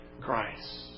Christ